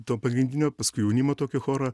to pagrindinio paskui jaunimo tokio choro